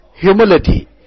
humility